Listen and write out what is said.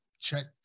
check